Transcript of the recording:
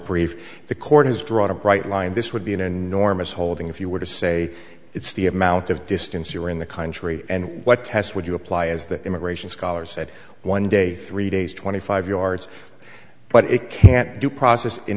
brief the court has drawn a bright line this would be an enormous holding if you were to say it's the amount of distance you are in the country and what test would you apply as the immigration scholar said one day three days twenty five yards but it can't do process in